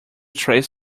trace